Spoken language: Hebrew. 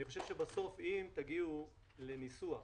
אני חושב שבסוף אם תגיעו לניסוח